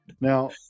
Now